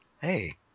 Hey